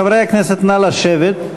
חברי הכנסת, נא לשבת.